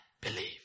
believe